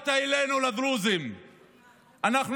הגעת אלינו, אל הדרוזים.